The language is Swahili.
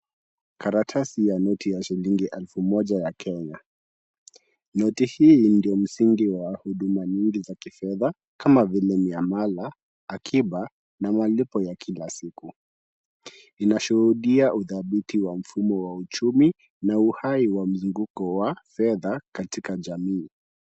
Karatasi ya noti ya shilingi elfu moja ya Kenya. Noti hii ndio msingi wa huduma nyingi za kifedha kama vile miamala, akiba na malipo ya kila siku. Inashuhudia udhabiti wa mfumo wa uchumi na uhai wa mzunguko wa fedha katika jamii.